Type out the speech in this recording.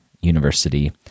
University